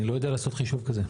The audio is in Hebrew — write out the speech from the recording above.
אני לא יודע לעשות חישוב כזה,